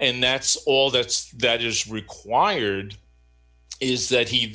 and that's all that's that is required is that he